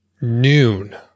noon